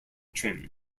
trim